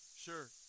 sure